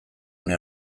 une